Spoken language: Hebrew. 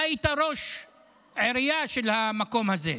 אתה היית ראש עירייה של המקום הזה.